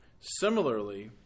Similarly